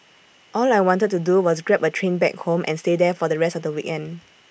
all I wanted to do was grab A train back home and stay there for the rest of the weekend